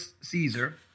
Caesar